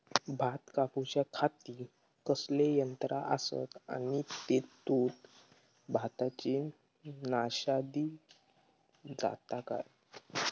भात कापूच्या खाती कसले यांत्रा आसत आणि तेतुत भाताची नाशादी जाता काय?